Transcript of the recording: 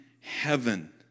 heaven